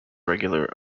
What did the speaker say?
regular